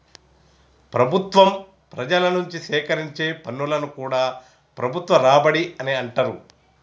ప్రభుత్వం ప్రజల నుంచి సేకరించే పన్నులను కూడా ప్రభుత్వ రాబడి అనే అంటరు